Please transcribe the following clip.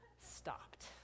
stopped